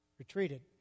Retreated